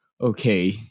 okay